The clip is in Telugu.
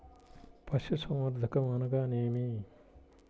పశుసంవర్ధకం అనగానేమి?